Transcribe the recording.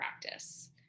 practice